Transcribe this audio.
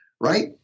right